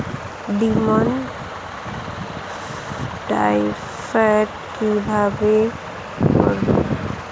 Demand draft কীভাবে করব?